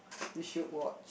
you should watch